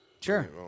Sure